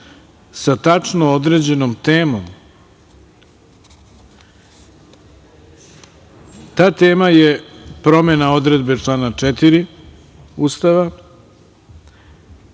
sa tačno određenom temom. Ta tema je promena odredbe člana 4. Ustava,